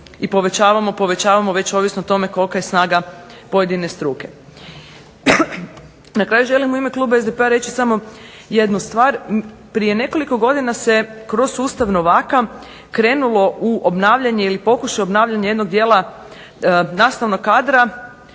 i povećavamo, povećavamo već ovisno kolika je snaga pojedine struke. Na kraju želim u ime kluba SDP-a reći samo jednu stvar. prije nekoliko godina se kroz sustav novaka krenulo u obnavljanje ili pokušaj obnavljanja jednog dijela nastavnog kadra